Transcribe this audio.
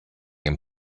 and